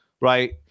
right